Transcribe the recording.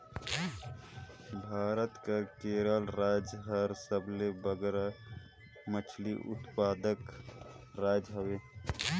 भारत कर केरल राएज हर सबले बगरा मछरी उत्पादक राएज हवे